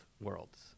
worlds